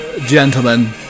gentlemen